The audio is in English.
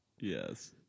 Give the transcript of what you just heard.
Yes